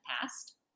past